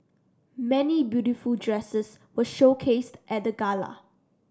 many beautiful dresses were showcased at the gala